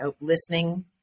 listening